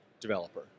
developer